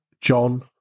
John